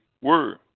Word